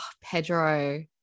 Pedro